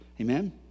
Amen